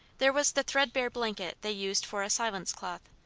there was the threadbare blanket they used for a silence cloth,